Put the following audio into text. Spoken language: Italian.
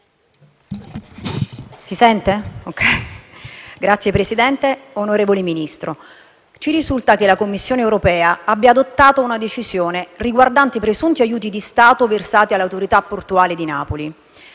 Signor Presidente, onorevole Ministro, ci risulta che la Commissione europea abbia adottato una decisione riguardante i presunti aiuti di Stato versati all'Autorità portuale di Napoli.